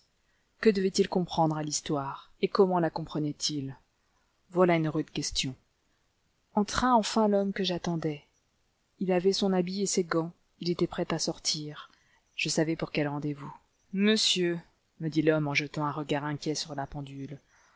que devait-il comprendre à l'histoire et comment la comprenait-il voilà une rude question entra enfin l'homme que j'attendais il avait son habit et ses gants il était prêt à sortir je savais pour quel rendez-vous monsieur me dit l'homme en jetant un regard inquiet sur la pendule